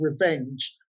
revenge